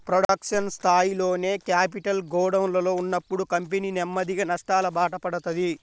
production స్థాయిలోనే capital గోడౌన్లలో ఉన్నప్పుడు కంపెనీ నెమ్మదిగా నష్టాలబాట పడతది